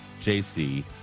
JC